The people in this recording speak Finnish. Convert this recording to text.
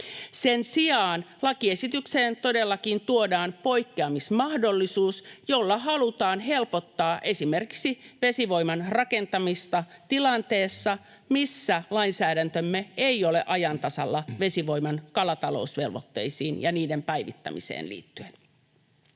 Sen sijaan lakiesitykseen todellakin tuodaan poikkeamismahdollisuus, jolla halutaan helpottaa esimerkiksi vesivoiman rakentamista tilanteessa, missä lainsäädäntömme ei ole ajan tasalla vesivoiman kalatalousvelvoitteisiin ja niiden päivittämiseen liittyen.